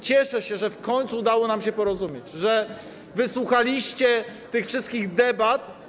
Cieszę się, że w końcu udało nam się porozumieć, że wysłuchaliście tych wszystkich debat.